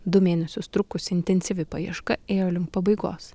du mėnesius trukusi intensyvi paieška ėjo link pabaigos